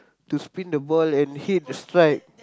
to spin the ball and hit the strike